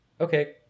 okay